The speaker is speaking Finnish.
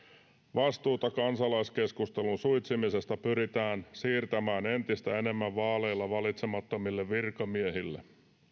vastuuta kansalaiskeskustelun suitsimisesta pyritään siirtämään entistä enemmän vaaleilla valitsemattomille virkamiehille